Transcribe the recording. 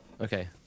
Okay